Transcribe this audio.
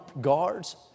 guards